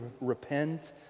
repent